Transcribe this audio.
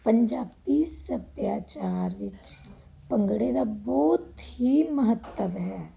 ਪੰਜਾਬੀ ਸਭਿਆਚਾਰ ਵਿੱਚ ਭੰਗੜੇ ਦਾ ਬਹੁਤ ਹੀ ਮਹੱਤਵ ਹੈ